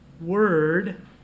word